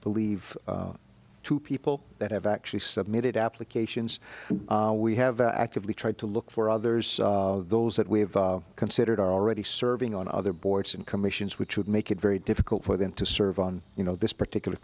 believe two people that have actually submitted applications we have actively tried to look for others those that we've considered are already serving on other boards and commissions which would make it very difficult for them to serve on you know this particular